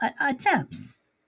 attempts